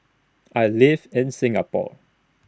I live in Singapore